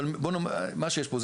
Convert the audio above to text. אבל מה שיש פה,